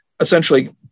essentially